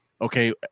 okay